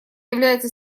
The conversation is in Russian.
является